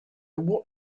what